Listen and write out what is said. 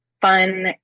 fun